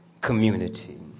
community